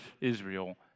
Israel